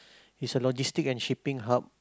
is a logistic and shipping hub